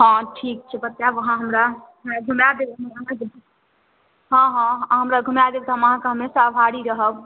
हाँ ठीक छै बतायब अहाँ हमरा घुमा देब हाँ हाँ अहाँ हमरा घुमा देब तऽ अहाँक हम हमेशा आभारी रहब